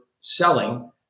selling